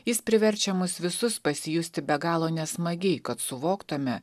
jis priverčia mus visus pasijusti be galo nesmagiai kad suvoktume